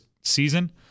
season